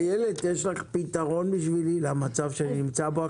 יש לך פתרון למצב שאני נמצא בו?